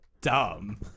dumb